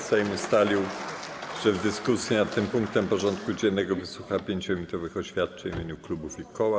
Sejm ustalił, że w dyskusji nad tym punktem porządku dziennego wysłucha 5-minutowych oświadczeń w imieniu klubów i koła.